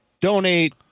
Donate